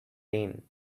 rain